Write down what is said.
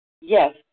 yes